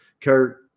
Kurt